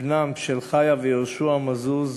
בנם של חיה ויהושע מזוז,